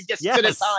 yes